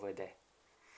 there